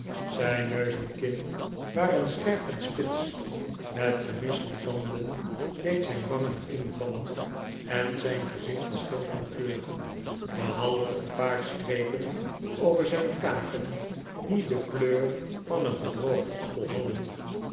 zijn neus en kin waren scherp en spits het gemis van tanden deed zijn wangen invallen en zijn gezicht was geel van kleur behalve een paar strepen over zijn kaken die de kleur van een gedroogden appel hadden